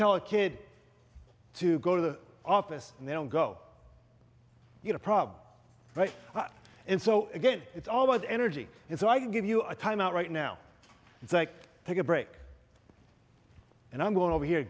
tell a kid to go to the office and they don't go you're probably right and so again it's all about energy and so i give you a time out right now it's like take a break and i'm going over here